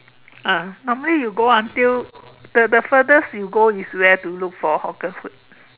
uh normally you go until the the furthest you go is where to look for hawker food